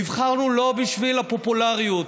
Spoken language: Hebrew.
נבחרנו לא בשביל לא פופולריות.